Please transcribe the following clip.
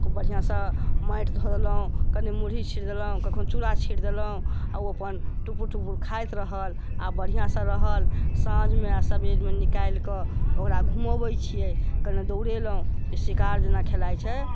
खूब बढ़िआँसँ माटि धऽ देलहुँ कनी मुरही छिट देलहुँ कखनो चूड़ा छिट देलहुँ आओर ओ अपन टुपुर टुपुर खाइत रहल आओर बढ़िआँसँ रहल साँझमे आओर सवेरमे निकालि कऽ ओकरा घुमऽबै छियै कने दौड़ेलहुँ शिकार जेना खेलाइ छै